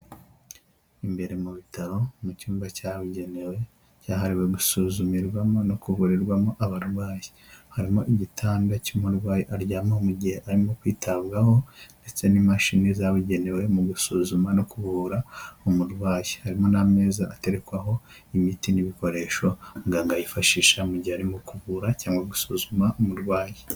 Imbere mu Bitaro mu cyumba cyabugenewe cyahariwe gusuzumirwamo no kuvurirwamo abarwayi. Harimo igitanda cy'umurwayi aryama mu gihe arimo kwitabwaho ndetse n'imashini zabugenewe mu gusuzuma no kuvura umurwayi. Harimo n'ameza aterekwaho imiti n'ibikoresho muganga yifashisha mu gihe ari mu kuvura cyangwa gusuzuma umurwayi.